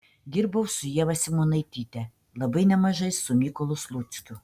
dirbau su ieva simonaityte labai nemažai su mykolu sluckiu